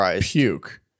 puke